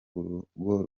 urugo